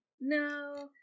No